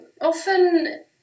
Often